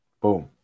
Boom